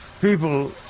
people